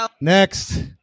Next